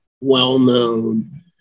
well-known